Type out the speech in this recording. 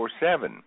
24-7